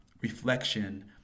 reflection